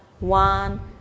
One